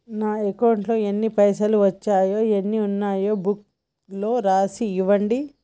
నా అకౌంట్లో ఎన్ని పైసలు వచ్చినాయో ఎన్ని ఉన్నాయో బుక్ లో రాసి ఇవ్వండి?